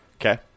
Okay